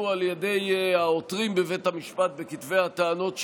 על ידי העותרים בבית המשפט בכתבי הטענות שלהם,